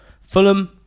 Fulham